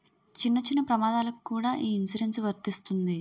చిన్న చిన్న ప్రమాదాలకు కూడా ఈ ఇన్సురెన్సు వర్తిస్తుంది